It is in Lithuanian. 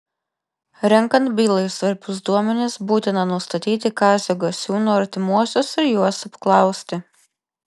renkant bylai svarbius duomenis būtina nustatyti kazio gasiūno artimuosius ir juos apklausti